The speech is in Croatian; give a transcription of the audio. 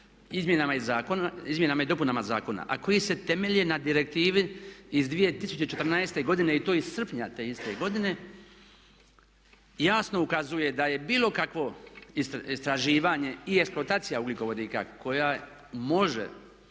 izmjenama i dopunama zakona a koji se temelje na Direktivi iz 2014. godine i to iz srpnja te iste godine jasno ukazuje da je bilo kakvo istraživanje i eksploatacija ugljikovodika koja može